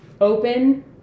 open